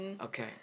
Okay